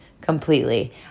completely